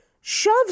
shoves